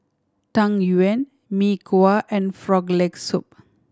Tang Yuen Mee Kuah and Frog Leg Soup